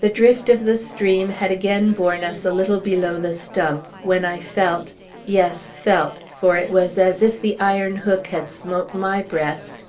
the drift of the stream had again borne us a little below the stump, when i felt yes, felt, for it was as if the iron hook had smote my breast